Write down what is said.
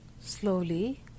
slowly